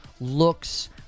looks